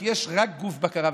כי יש רק גוף בקרה,